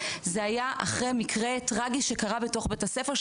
זה היה אחרי מקרה טרגי שקרה בתוך בית הספר,